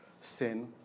sin